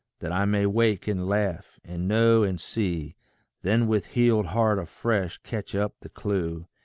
that i may wake and laugh, and know and see then with healed heart afresh catch up the clue,